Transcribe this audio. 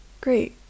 great